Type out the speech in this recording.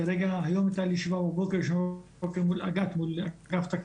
היום הייתה לי ישיבה בבוקר מול אגף תקציבים,